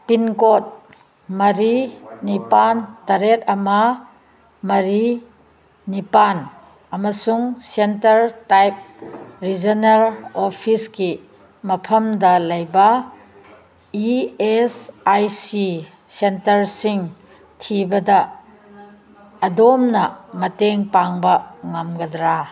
pin code ꯃꯔꯤ ꯅꯤꯄꯥꯟ ꯇꯔꯦꯠ ꯑꯃ ꯃꯔꯤ ꯅꯤꯄꯥꯟ ꯑꯃꯁꯨꯡ ꯁꯦꯟꯇꯔ ꯇꯥꯏꯞ ꯔꯤꯖꯅꯔ ꯑꯣꯐꯤꯁꯀꯤ ꯃꯐꯝꯗ ꯂꯩꯕ ꯏꯤ ꯑꯦꯁ ꯑꯥꯏ ꯁꯤ ꯁꯦꯟꯇꯔꯁꯤꯡ ꯊꯤꯕꯗ ꯑꯗꯣꯝꯅ ꯃꯇꯦꯡ ꯄꯥꯡꯕ ꯉꯝꯒꯗ꯭ꯔꯥ